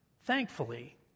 Thankfully